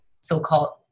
so-called